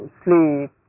sleep